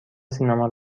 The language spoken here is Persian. سینما